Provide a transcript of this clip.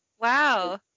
wow